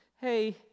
hey